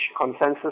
consensus